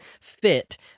fit